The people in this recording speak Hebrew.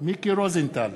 מיקי רוזנטל,